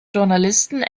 journalisten